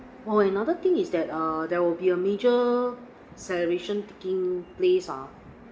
oh another thing is that err there will be a major celebration taking place ah